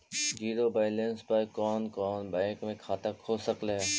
Zero balance पर कोन कोन बैंक में खाता खुल सकले हे?